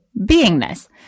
beingness